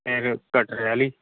फिर कटरे आह्ली